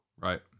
Right